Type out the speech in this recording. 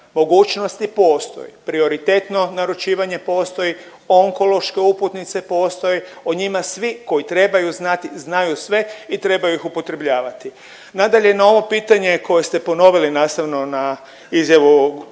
mogućnosti postoje, prioritetno naručivanje postoji, onkološke uputnice postoje, o njima svi koji trebaju znati znaju sve i trebaju ih upotrebljavati. Nadalje, na ovo pitanje koje ste ponovili nastavno na izjavu